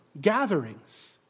gatherings